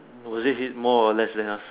was this is more or less than us